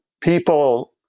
people